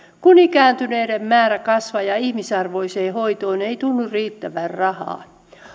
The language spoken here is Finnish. kun ikääntyneiden määrä kasvaa ja ja ihmisarvoiseen hoitoon ei tunnu riittävän rahaa